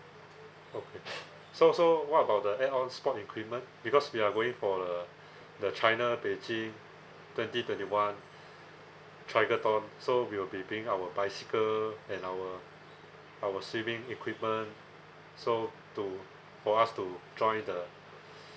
okay so so what about the add on sport equipment because we are going for the the china beijing twenty twenty one triathlon so we'll be bringing our bicycle and our our swimming equipment so to for us to join the